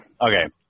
okay